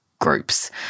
groups